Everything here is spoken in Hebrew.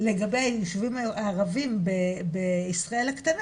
לגבי הישובים הערבים בישראל הקטנה,